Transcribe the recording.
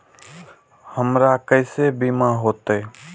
हमरा केसे बीमा होते?